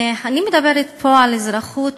אני מדברת פה על אזרחות,